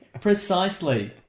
Precisely